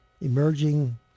emerging